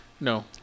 No